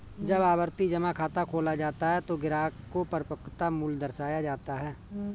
जब आवर्ती जमा खाता खोला जाता है तो ग्राहक को परिपक्वता मूल्य दर्शाया जाता है